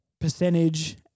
percentage